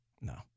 No